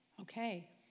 Okay